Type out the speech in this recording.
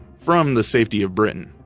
from the safety of britain.